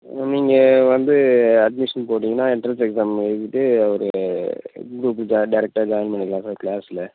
நீங்கள் வந்து அட்மிஷன் போட்டீங்கன்னா எண்ட்ரன்ஸ் எக்ஸாம் எழுதிவிட்டு அவர் குரூப்பு டேரெக்ட்டாக ஜாயின் பண்ணிக்கலாம் சார் க்ளாஸில்